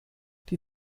die